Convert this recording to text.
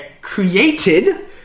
created